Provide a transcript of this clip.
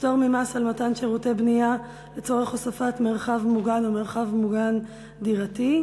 פטור ממס על מתן שירותי בנייה לצורך הוספת מרחב מוגן ומרחב מוגן דירתי).